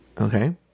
Okay